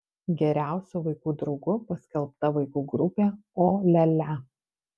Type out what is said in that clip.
geriausiu vaikų draugu paskelbta vaikų grupė o lia lia